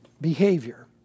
behavior